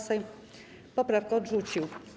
Sejm poprawkę odrzucił.